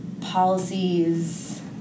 policies